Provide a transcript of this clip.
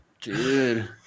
Dude